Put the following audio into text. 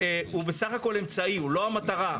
בסך הכול אמצעי, הוא לא המטרה.